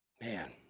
Man